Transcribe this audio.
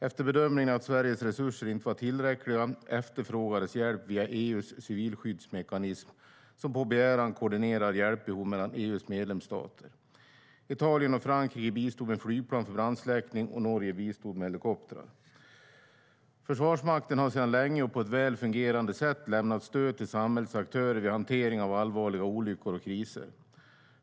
Efter bedömningen att Sveriges resurser inte var tillräckliga, efterfrågades hjälp via EU:s civilskyddsmekanism, som på begäran koordinerar hjälpbehov mellan EU:s medlemsstater. Italien och Frankrike bistod med flygplan för brandsläckning, och Norge bistod med helikoptrar. Försvarsmakten har sedan länge och på ett väl fungerande sätt lämnat stöd till samhällets aktörer vid hanteringen av allvarliga olyckor och kriser.